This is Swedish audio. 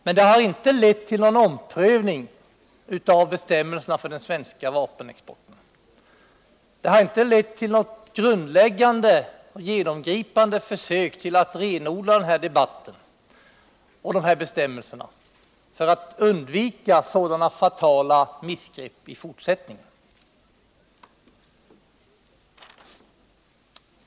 Men det har inte lett till någon omprövning av bestämmelserna för den svenska vapenexporten. Det har inte lett till något grundläggande och genomgripande försök till att renodla den här debatten och de här bestämmelserna för att undvika sådana fatala missgrepp i fortsättningen.